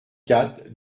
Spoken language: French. quatre